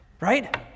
Right